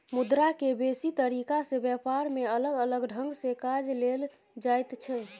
मुद्रा के बेसी तरीका से ब्यापार में अलग अलग ढंग से काज लेल जाइत छै